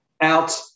out